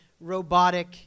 robotic